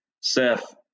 Seth